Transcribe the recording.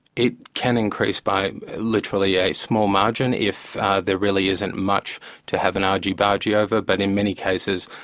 it can increase by literally a small margin, if there really isn't much to have an argy-bargy over, but in many cases,